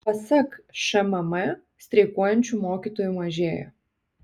pasak šmm streikuojančių mokytojų mažėja